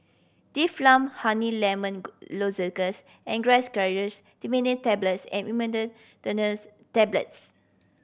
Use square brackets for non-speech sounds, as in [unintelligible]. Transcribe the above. Difflam Honey Lemon [unintelligible] Lozenges Angised Glyceryl Trinitrate Tablets and Imodium [unintelligible] Tablets